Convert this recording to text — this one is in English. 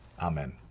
Amen